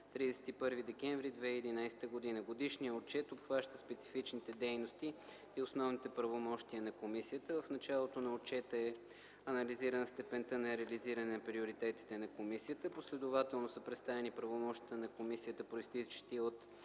31 декември 2011 г. Годишният отчет обхваща специфичните дейности и основните правомощия на комисията. В началото на отчета е анализирана степента на реализиране на приоритетите на комисията. Последователно са представени правомощията на комисията, произтичащи от